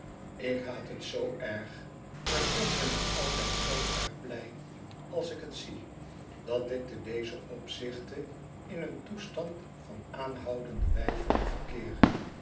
ik haat het zoo erg en toch ben ik altijd zoo erg blij als ik het zie dat ik te dezen opzichte in een toestand van aanhoudende weifeling verkeer